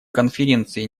конференции